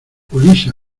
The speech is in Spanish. ulises